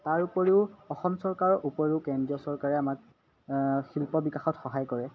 তাৰ উপৰিও অসম চৰকাৰৰ উপৰিও কেন্দ্ৰীয় চৰকাৰে আমাক শিল্প বিকাশত সহায় কৰে